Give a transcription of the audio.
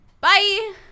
Bye